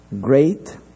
Great